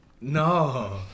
No